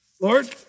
Lord